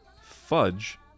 Fudge